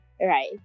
right